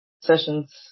sessions